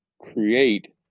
create